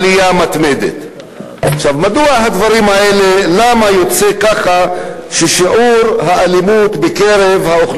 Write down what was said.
אולי תחת ממשלת אולמרט השלטים האלה שם על המדרכות היו גם